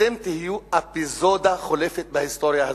אתם תהיו אפיזודה חולפת בהיסטוריה הזו,